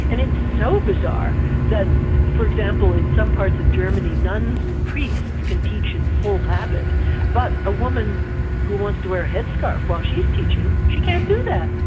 and it's so bizarre that for example in some parts of germany, nuns and priests can teach in full habit but a woman who wants to wear a headscarf while she's teaching, she can't do that.